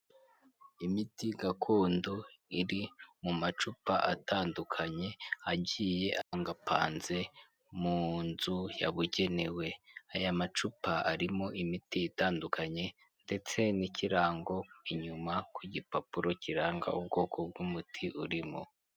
Imiti gakondo iri mu macupa atandukanye agiye apangapanze mu nzu yabugenewe, aya macupa arimo imiti itandukanye ndetse n'ikirango inyuma ku gipapuro kiranga ubwoko bw'umuti urimo.